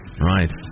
Right